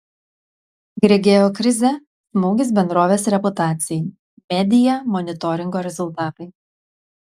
grigeo krizė smūgis bendrovės reputacijai media monitoringo rezultatai